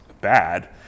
bad